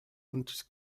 und